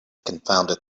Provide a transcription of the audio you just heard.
confounded